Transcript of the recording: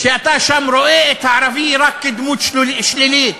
שאתה שם רואה את הערבי רק כדמות שלילית.